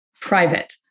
private